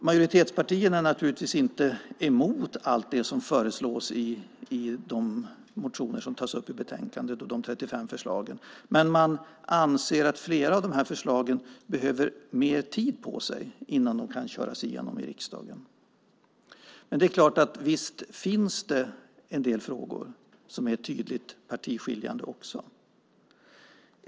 Majoritetspartierna är naturligtvis inte emot allt det som föreslås i de motioner som tas upp i betänkandet och i de 35 förslagen. Men man anser att flera av förslagen behöver mer tid på sig innan de kan köras igenom i riksdagen. Visst finns det en del frågor som är tydligt partiskiljande.